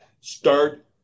start